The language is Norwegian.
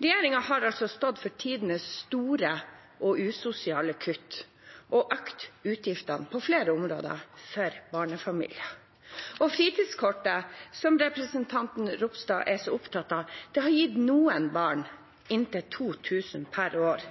Regjeringen har altså stått for tidenes store og usosiale kutt og økt utgiftene på flere områder for barnefamilier. Fritidskortet, som representanten Ropstad er så opptatt av, har gitt noen barn inntil 2 000 kr per år,